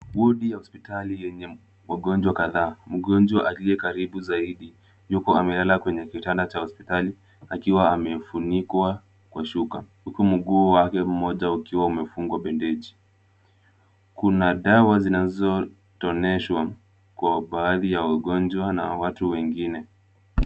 Wodi hospitali yenye wagonjwa kadhaa, mgonjwa aliye karibu zaidi yuko amela kwenye kitanda cha hospitali, akiwa amefunikwa kwa shuka. Huku mguu wake mmoja ukiwa umefungwa bendeji. Kuna dawa zinazotolewa kwa baadhi ya wagonjwa na watu wengine,